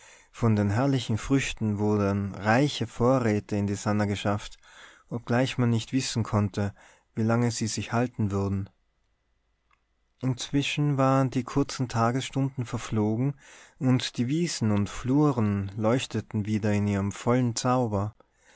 von den herrlichen früchten wurden reiche vorräte in die sannah geschafft obgleich man nicht wissen konnte wie lange sie sich halten würden inzwischen waren die kurzen tagesstunden verflogen und die wiesen und fluren leuchteten wieder in ihrem vollen zauber